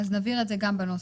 אז נבהיר את זה גם בנוסח,